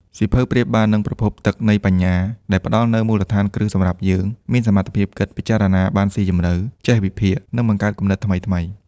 សៀវភៅប្រៀបបាននឹងប្រភពទឹកនៃបញ្ញា ដែលផ្ដល់នូវមូលដ្ឋានគ្រឹះសម្រាប់យើង មានសមត្ថភាពគិត ពិចារណាបានស៊ីជម្រៅ ចេះវិភាគ និងបង្កើតគំនិតថ្មីៗ។